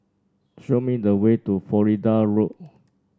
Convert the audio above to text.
show me the way to Florida Road